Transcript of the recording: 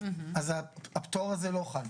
אז הפטור הזה לא חל,